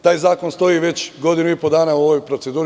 Taj zakon stoji već godinu i po dana u proceduri.